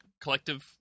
collective